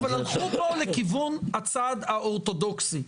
הלכו פה לכיוון הצד האורתודוקסי.